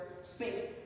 space